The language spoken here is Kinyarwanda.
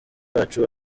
bacu